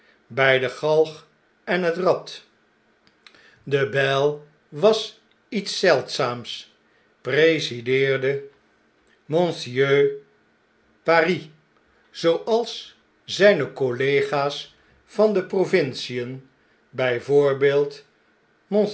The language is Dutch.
bg de galg en het rad de bgl was iets zeldzaams presideerde monsieur paris zooals ztjne collega's van de provincien